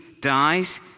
dies